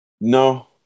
No